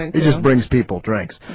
and to just brings people treks